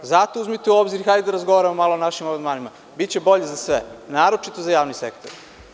Zato uzmite u obzir i hajde da razgovaramo malo o našim amandmanima, jer biće bolje za sve, a naročito za javni sektor.